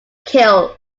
killed